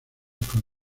con